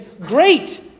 great